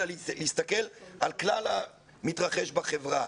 אלא להסתכל על כלל המתרחש בחברה.